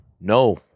no